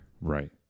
Right